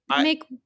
make